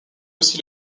aussi